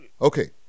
Okay